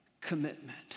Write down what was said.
Commitment